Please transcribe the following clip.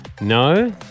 No